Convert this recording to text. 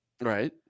Right